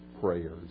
prayers